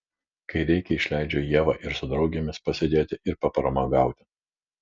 kai reikia išleidžiu ievą ir su draugėmis pasėdėti ir papramogauti